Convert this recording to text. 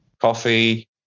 coffee